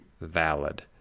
valid